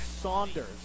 Saunders